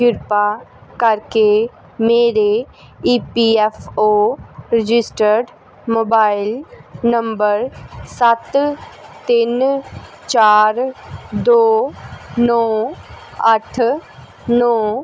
ਕਿਰਪਾ ਕਰਕੇ ਮੇਰੇ E P F O registered mobile number ਸੱਤ ਤਿੰਨ ਚਾਰ ਦੋ ਨੌ ਅੱਠ ਨੌ